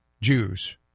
Jews